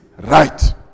right